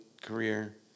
career